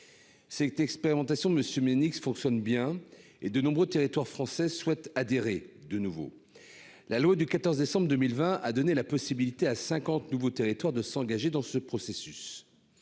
cette expérimentation Monsieur Ménez qui fonctionne bien et de nombreux territoires français souhaite adhérer de nouveau la loi du 14 décembre 2020, a donné la possibilité à 50 nouveaux territoires de s'engager dans ce processus,